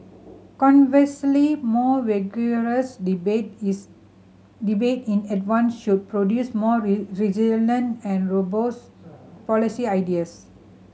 conversely more vigorous debate is debate in advance should produce more resilient and robust policy ideas